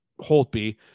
Holtby